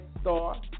star